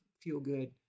feel-good